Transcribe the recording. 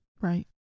Right